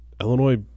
Illinois